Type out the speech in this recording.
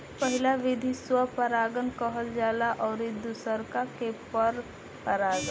पहिला विधि स्व परागण कहल जाला अउरी दुसरका के पर परागण